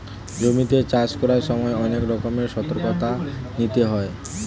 জমিতে চাষ করার সময় অনেক রকমের সতর্কতা নিতে হয়